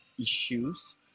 issues